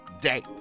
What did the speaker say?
day